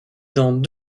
dans